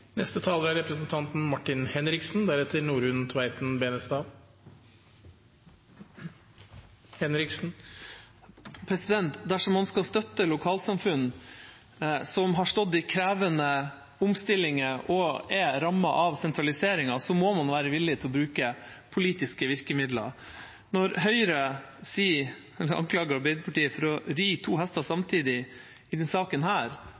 Dersom man skal støtte lokalsamfunn som har stått i krevende omstillinger og er rammet av sentralisering, må man være villig til å bruke politiske virkemidler. Når Høyre anklager Arbeiderpartiet for å ri to hester samtidig i denne saken,